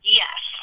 yes